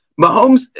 Mahomes